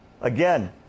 Again